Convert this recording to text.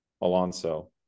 Alonso